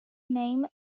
name